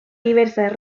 diversas